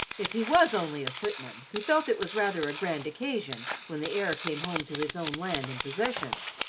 if he was only a footman, he felt it was rather a grand occasion when the heir came home to his own land and possessions,